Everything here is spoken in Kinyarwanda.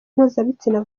mpuzabitsina